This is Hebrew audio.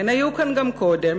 הן היו כאן כבר קודם,